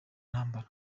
ntambara